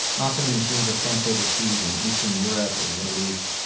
often the machines are fenced overseas in eastern europe or the middle east.